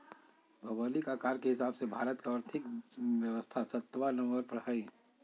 भौगोलिक आकार के हिसाब से भारत के और्थिक व्यवस्था सत्बा नंबर पर हइ